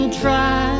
try